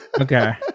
okay